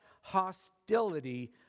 hostility